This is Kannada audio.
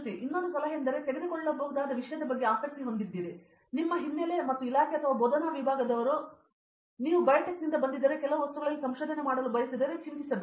ಶೃತಿ ಇನ್ನೊಂದು ಸಲಹೆಯೆಂದರೆ ನೀವು ತೆಗೆದುಕೊಳ್ಳಬಹುದಾದ ವಿಷಯದ ಬಗ್ಗೆ ನೀವು ಆಸಕ್ತಿ ಹೊಂದಿದ್ದೀರಿ ಆದರೆ ನಿಮ್ಮ ಹಿನ್ನೆಲೆ ಮತ್ತು ಇಲಾಖೆ ಅಥವಾ ಬೋಧನಾ ವಿಭಾಗದವರು ನೀವು ಬಯೋಟೆಕ್ನಿಂದ ಬಂದಿದ್ದರೆ ಮತ್ತು ನೀವು ಕೆಲವು ವಸ್ತುಗಳಲ್ಲಿ ಸಂಶೋಧನೆ ಮಾಡಲು ಬಯಸಿದರೆ ನೀವು ಚಿಂತಿಸಬಾರದು